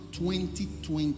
2020